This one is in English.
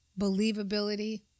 believability